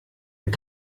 est